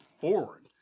forward